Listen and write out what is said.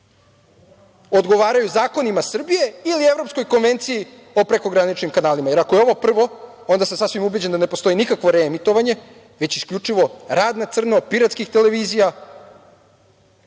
odgovaraju zakonima Sbije ili evropskoj konvenciji o prekograničnim kanalima. Ako je ovo prvo onda sam sasvim ubeđen da ne postoji nikakvo reemitovanje, već isključivo rad na crno piratskih televizija